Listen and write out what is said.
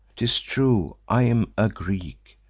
t is true, i am a greek,